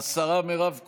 השרה מירב כהן,